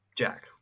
Jack